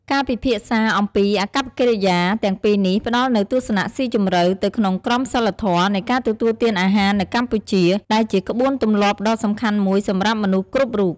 ការពិភាក្សាអំពីអាកប្បកិរិយាទាំងពីរនេះ ផ្តល់នូវទស្សនៈស៊ីជម្រៅទៅក្នុងក្រមសីលធម៌នៃការទទួលទានអាហារនៅកម្ពុជា ដែលជាក្បួនទម្លាប់ដ៏សំខាន់មួយសម្រាប់មនុស្សគ្រប់រូប។